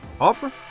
offer